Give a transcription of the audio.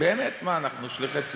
באמת, אנחנו שליחי ציבור.